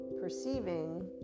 perceiving